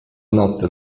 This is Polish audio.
nocy